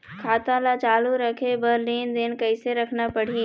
खाता ला चालू रखे बर लेनदेन कैसे रखना पड़ही?